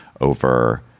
over